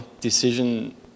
decision